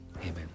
Amen